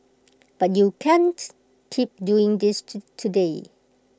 but you can't keep doing this today